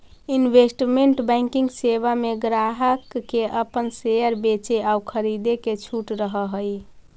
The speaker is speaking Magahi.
इन्वेस्टमेंट बैंकिंग सेवा में ग्राहक के अपन शेयर बेचे आउ खरीदे के छूट रहऽ हइ